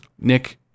Nick